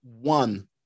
one